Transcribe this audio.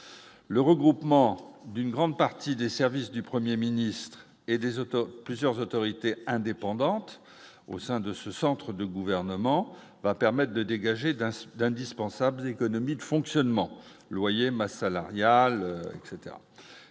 le regroupement d'une grande partie des services du 1er ministre et des autres, plusieurs autorités indépendantes au sein de ce centre de gouvernement va permette de dégager d'un d'indispensables économies de fonctionnement loyer ma salariale etc,